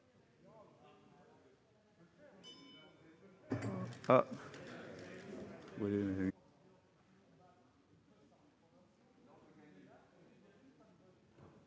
Merci,